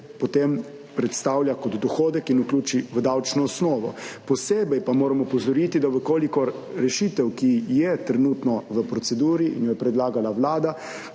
potem predstavlja kot dohodek in vključi v davčno osnovo. Posebej pa moram opozoriti, da v kolikor rešitev, ki je trenutno v proceduri in jo je predlagala Vlada